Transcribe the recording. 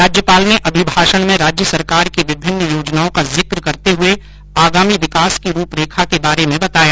राज्यपाल ने अभिभाषण में राज्य सरकार की विभिन्न योजनाओं का जिक करते हुए आगामी विकास की रूपरेखा के बारे में बताया